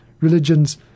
religions